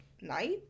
night